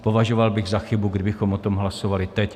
Považoval bych za chybu, kdybychom o tom hlasovali teď.